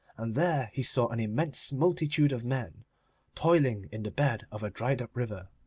and there he saw an immense multitude of men toiling in the bed of a dried-up river.